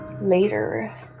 later